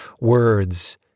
words